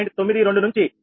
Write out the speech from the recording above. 92 నుంచి 46